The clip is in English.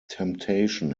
temptation